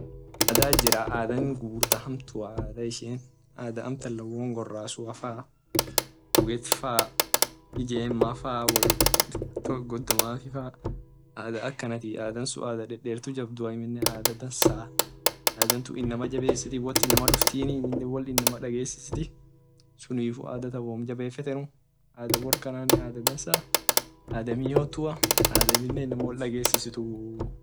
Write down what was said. Adha jira adha ishian gurgurdaa lon goransufaa guget faa ijema faa wol dogomati faa adha akanatii adha sun adha dedertu jabdua adhan sun adha dansaa adhan tun inama jabesi wot inama duftini amine wol inama dagesifti sunifu adha tan wom jabefetenu adha workanane adha dansa adha miyotua adha amine inama wol dagesituu.